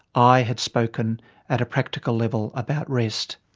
i had spoken at a practical level about rest.